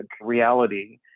reality